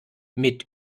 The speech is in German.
mit